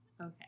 Okay